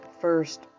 first